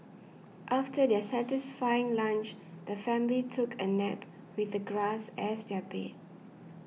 after their satisfying lunch the family took a nap with the grass as their bed